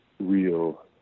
real